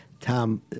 Tom